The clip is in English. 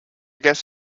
guess